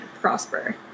prosper